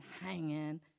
hanging